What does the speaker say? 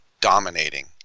dominating